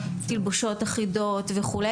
תלבושות אחידות וכו',